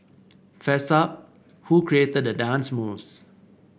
fess up who created the dance moves